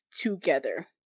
together